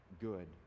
good